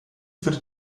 führte